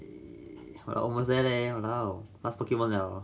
!wah! almost there leh !walao! last pokemon liao